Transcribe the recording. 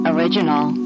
Original